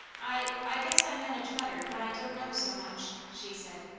i i guess i manage better when i don't know so much, she said,